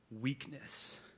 weakness